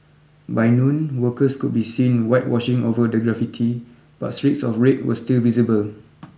by noon workers could be seen whitewashing over the graffiti but streaks of red were still visible